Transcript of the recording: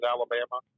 Alabama